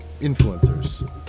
influencers